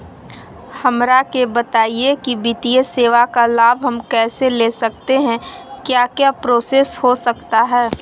हमरा के बताइए की वित्तीय सेवा का लाभ हम कैसे ले सकते हैं क्या क्या प्रोसेस हो सकता है?